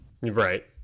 right